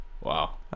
Wow